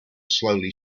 slowly